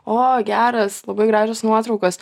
o geras labai gražios nuotraukos